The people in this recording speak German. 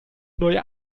neue